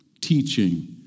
teaching